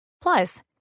Plus